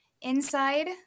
Inside